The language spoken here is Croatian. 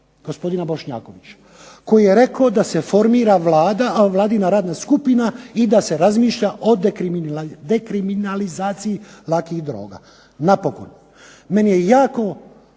gospodina Bošnjakovića, koji je rekao da se formira vladina radna skupina i da se razmišlja o dekriminalizaciji lakih droga, napokon. Meni je jako